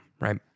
right